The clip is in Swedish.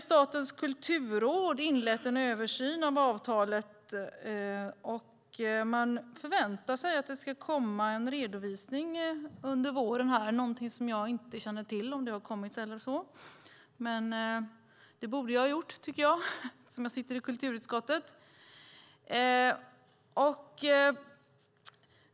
Statens kulturråd har inlett en översyn av avtalet, och man förväntar sig att det ska komma en redovisning under våren. Jag känner inte till om den har kommit, men det borde jag ha gjort, tycker jag, eftersom jag sitter i kulturutskottet.